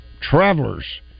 travelers